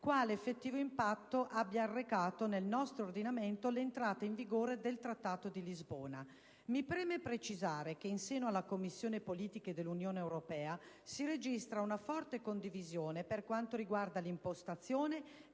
quale effettivo impatto abbia arrecato, nel nostro ordinamento, l'entrata in vigore del Trattato di Lisbona. Mi preme precisare che, in seno alla Commissione politiche dell'Unione europea, si registra una forte condivisione per quanto riguarda l'impostazione